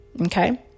okay